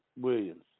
Williams